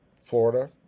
Florida